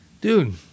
dude